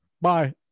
Bye